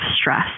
stress